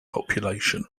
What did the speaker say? population